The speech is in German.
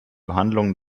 behandlung